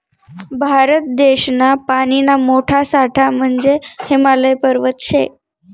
भारत देशना पानीना मोठा साठा म्हंजे हिमालय पर्वत शे